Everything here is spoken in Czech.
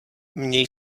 měj